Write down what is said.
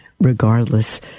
regardless